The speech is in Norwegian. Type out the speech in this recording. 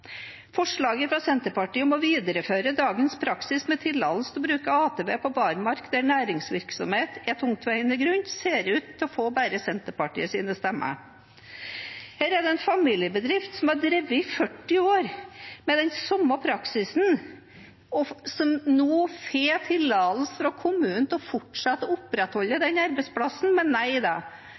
Forslaget fra Senterpartiet om å videreføre dagens praksis med tillatelse til å bruke ATV på barmark der næringsvirksomhet er en tungtveiende grunn, ser ut til å få bare Senterpartiets stemmer. Her er det f.eks. en familiebedrift som har drevet i 40 år med den samme praksisen, og som nå får tillatelse av kommunen til fortsatt å opprettholde den arbeidsplassen. Men nei da,